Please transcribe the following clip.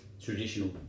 traditional